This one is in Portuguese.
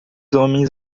homens